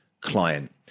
client